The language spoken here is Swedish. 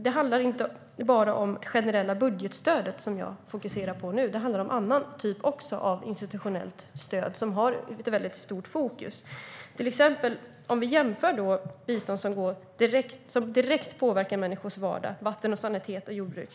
Det handlar inte bara om det generella budgetstödet, som jag fokuserar på nu, utan om en annan typ av institutionellt stöd med ett stort fokus. Vi kan jämföra bistånd som direkt påverkar människors vardag - vatten, sanitet och jordbruk.